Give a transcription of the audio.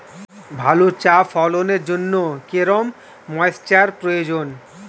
ভালো চা ফলনের জন্য কেরম ময়স্চার প্রয়োজন?